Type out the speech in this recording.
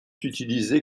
utilisée